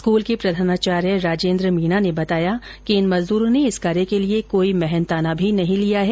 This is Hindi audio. स्कूल के प्रधानाचार्य राजेन्द्र मीना ने बताया कि इन मजदूरों ने इस कार्य के लिए कोई मेहनताना भी नहीं लिया है